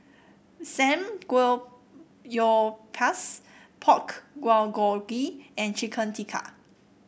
Pork Bulgogi and Chicken Tikka